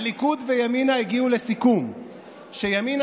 הליכוד וימינה הגיעו לסיכום שימינה